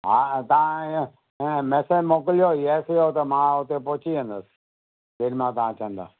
हा तव्हां ईअं मैसेज मोकिलजो यस जो त मां हुते पहुंची वेंदसि जेॾी महिल तव्हां चवंदा